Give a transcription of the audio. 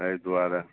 एहि दुआरे